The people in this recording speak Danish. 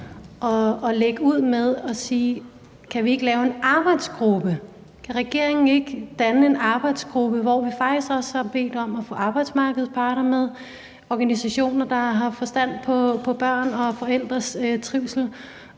at lægge ud med at sige: Kan vi ikke lave en arbejdsgruppe? Kan regeringen ikke danne en arbejdsgruppe, hvor vi faktisk også har bedt om at få arbejdsmarkedets parter med og organisationer, der har forstand på børns og forældres trivsel,